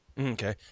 okay